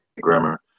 grammar